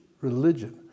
religion